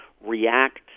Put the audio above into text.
react